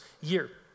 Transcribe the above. year